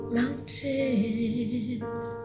mountains